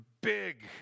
big